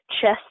chest